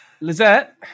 Lizette